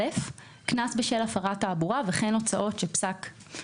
(א) קנס בשל הפרת תעבורה וכן הוצאות שפסק